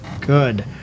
Good